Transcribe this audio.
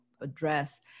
address